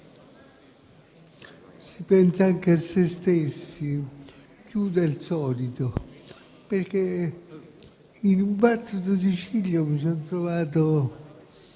si pensa anche a se stessi, più del solito, perché in un battito di ciglia mi sono trovato